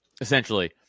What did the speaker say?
essentially